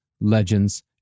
legends